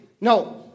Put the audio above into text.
No